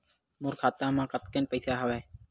मोर खाता म कतेकन पईसा हवय?